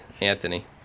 Anthony